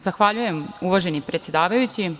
Zahvaljujem, uvaženi predsedavajući.